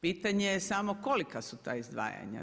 Pitanje je samo kolika su ta izdvajanja.